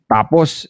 Tapos